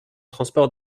transport